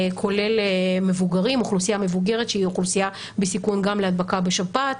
כולל אוכלוסייה מבוגרת שהיא אוכלוסייה בסיכון גם להדבקה בשפעת.